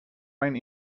mijn